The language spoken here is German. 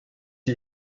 die